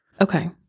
Okay